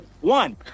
One